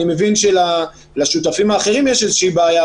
אני מבין שלשותפים האחרים יש איזושהי בעיה,